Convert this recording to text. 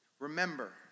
Remember